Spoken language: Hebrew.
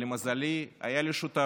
למזלי היה לי שותף,